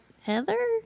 Heather